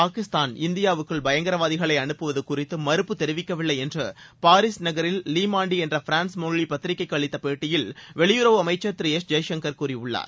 பாகிஸ்தான் இந்தியாவுக்குள் பயங்கரவாதிகளை அனுப்புவது குறித்து மறுப்பு தெரிவிக்கவில்லை என்று பாரீஸ் நகரில் லீ மாண்டி என்ற பிரான்ஸ் மொழி பத்திரிகைக்கு அளித்த பேட்டியில் வெளியுறவு அமைச்சர் திரு எஸ் ஜெய்சங்கர் கூறியுள்ளார்